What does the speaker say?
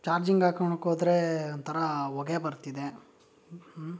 charging ಹಾಕೊಳೋಕ್ ಹೋದ್ರೇ ಒಂಥರಾ ಹೊಗೆ ಬರ್ತಿದೆ